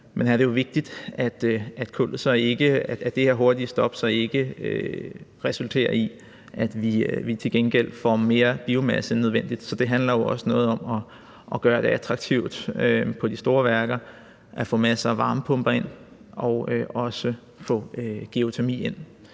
Men her er det jo vigtigt, at det her hurtige stop så ikke resulterer i, at vi til gengæld får mere biomasse end nødvendigt. Så det handler jo også om at gøre det attraktivt for de store værker at få masser af varmepumper ind og også få geotermi ind.